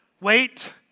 wait